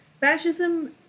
fascism